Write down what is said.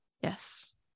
Yes